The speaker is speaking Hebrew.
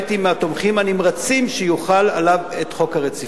הייתי בין התומכים הנמרצים שיוחל עליו חוק הרציפות.